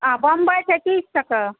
आ बम्बै छै तीस टके